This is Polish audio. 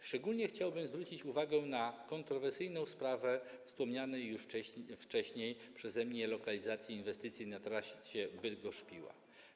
Szczególnie chciałbym zwrócić uwagę na kontrowersyjną sprawę wspomnianej już wcześniej przeze mnie lokalizacji inwestycji na trasie Bydgoszcz - Piła.